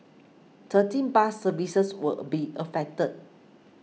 thirteen bus services will be affected